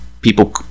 people